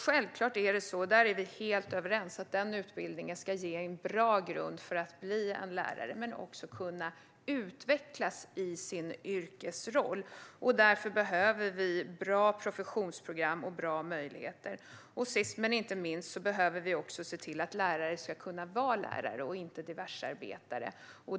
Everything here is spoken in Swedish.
Självklart ska den utbildningen ge en bra grund för att bli lärare men också att kunna utvecklas i sin yrkesroll - vi är helt överens om det - och därför behöver vi bra professionsprogram och bra möjligheter. Sist men inte minst behöver vi också se till att lärare ska kunna vara lärare och inte diversearbetare.